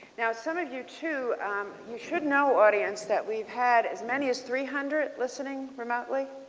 now so of you too you should know audience that we've had as many as three hundred listening remotely.